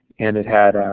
and it had